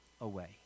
away